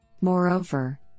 Moreover